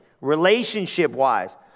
relationship-wise